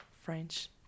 french